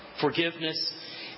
forgiveness